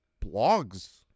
blogs